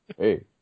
hey